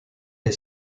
est